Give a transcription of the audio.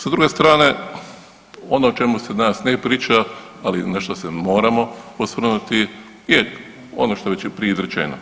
Sa druge strane ono o čemu se danas ne priča, ali nešto se moramo osvrnuti je ono što je već prije izrečeno.